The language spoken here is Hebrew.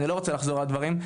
אני לא רוצה לחזור על הדברים.